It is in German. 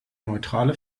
neutrale